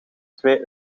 twee